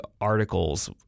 articles